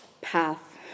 path